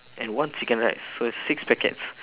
and one chicken rice so it's six packets